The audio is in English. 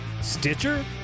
Stitcher